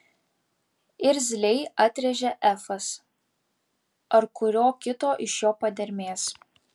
irzliai atrėžė efas ar kurio kito iš jo padermės